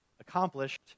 accomplished